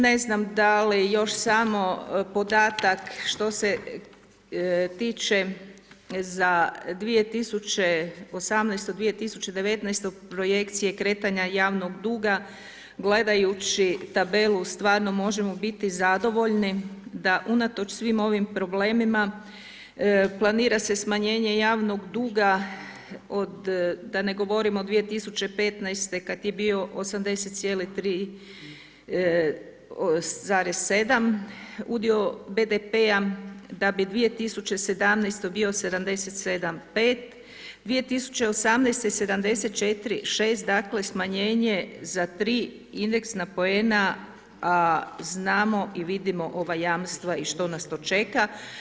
Ne znam, da li još samo podatak što se tiče za 2018. – 2019. projekcije kretanja javnog duga gledajući tabelu stvarno možemo biti zadovoljni da unatoč svim ovim problemima planira se smanjenje javnog duga od da ne govorim od 2015. kad je bio 80 cijelih 3,7 udio BDP-a da bi 2017. bio 77,5, 2018. 74,6 dakle smanjenje za tri indeksna poena znamo i vidimo ova jamstva i što nas to čeka.